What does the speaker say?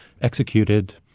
executed